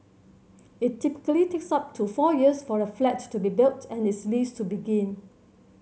it typically takes up to four years for a flat to be built and its lease to begin